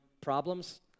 problems